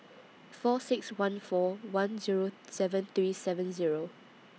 four six one four one Zero seven three seven Zero